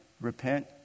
repent